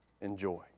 enjoy